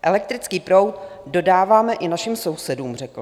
Elektrický proud dodáváme i našim sousedům, řekl.